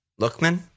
Lookman